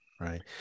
right